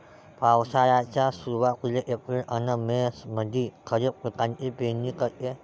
पावसाळ्याच्या सुरुवातीले एप्रिल अन मे मंधी खरीप पिकाची पेरनी करते